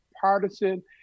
partisan